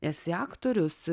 esi aktorius